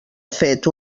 fet